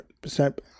percent